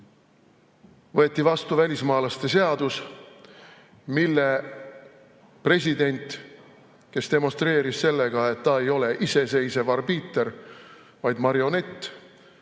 – välismaalaste seadus, mille president, kes demonstreeris sellega, et ta ei ole iseseisev arbiiter, vaid marionett,